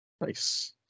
Nice